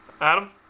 adam